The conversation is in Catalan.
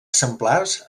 exemplars